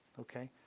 Okay